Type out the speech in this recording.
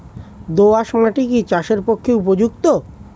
দোআঁশ মাটি কি চাষের পক্ষে উপযুক্ত?